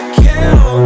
kill